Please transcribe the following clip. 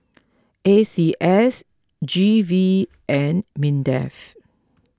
A C S G V and Mindef